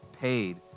paid